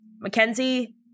Mackenzie